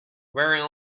wearing